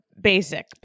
basic